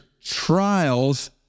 trials